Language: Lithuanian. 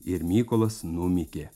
ir mykolas numykė